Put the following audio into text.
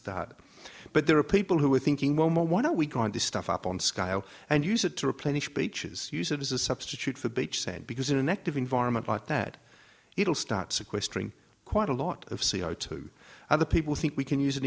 start but there are people who are thinking well what are we going to stuff up on the scale and use it to replenish beaches use it as a substitute for beach sand because in an active environment like that it'll start sequestering quite a lot of c o two other people think we can use it